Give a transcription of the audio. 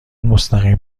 مستقیم